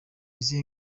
izihe